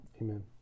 Amen